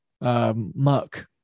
muck